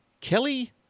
Kelly